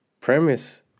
premise